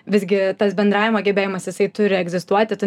visgi tas bendravimo gebėjimas jisai turi egzistuoti tu